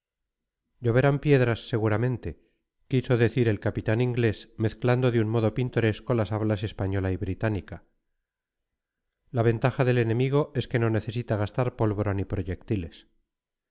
lloverán piedras seguramente quiso decir el capitán inglés mezclando de un modo pintoresco las hablas española y británica la ventaja del enemigo es que no necesita gastar pólvora ni proyectiles